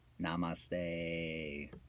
Namaste